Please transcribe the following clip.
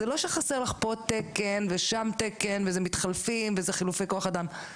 זה לא שחסר לך פה תקן ושם תקן וזה חילופי כוח אדם,